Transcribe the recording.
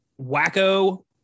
wacko